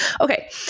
Okay